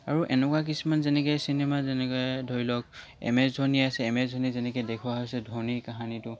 আৰু এনেকুৱা কিছুমান যেনেকৈ চিনেমা যেনেকৈ ধৰি লওক এম এছ ধোনি আছে এম এছ ধোনি যেনেকৈ দেখুৱা হৈছে ধোনিৰ কাহানীটো